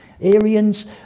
Arians